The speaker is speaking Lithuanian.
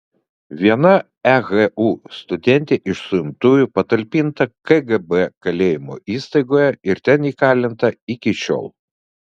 viena ehu studentė iš suimtųjų patalpinta kgb kalėjimo įstaigoje ir ten įkalinta iki šiol